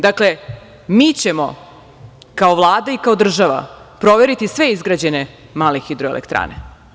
Dakle, mi ćemo kao Vlada i kao država proveriti sve izgrađene male hidroelektrane.